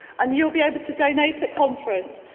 and you'll be able to donate at conference,